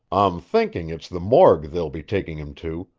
i'm thinking it's the morgue they'll be taking him to,